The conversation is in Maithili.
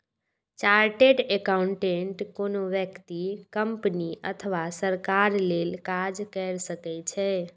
चार्टेड एकाउंटेंट कोनो व्यक्ति, कंपनी अथवा सरकार लेल काज कैर सकै छै